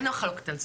אין מחלוקת על זה.